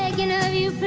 begging of you.